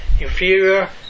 inferior